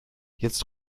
jetzt